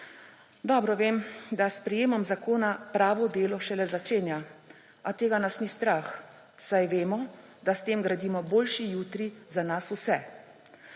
Dobro vem, da s sprejemom zakona pravo delo šele začenja, a tega nas ni strah, saj vemo, da s tem gradimo boljši jutri za nas vse.